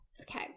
Okay